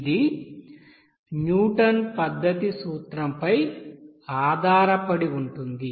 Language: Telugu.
ఇది న్యూటన్ పద్ధతి సూత్రంపై ఆధారపడి ఉంటుంది